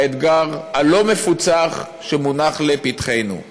באתגר הלא-מפוצח שמונח לפתחנו.